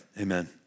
Amen